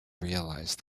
realize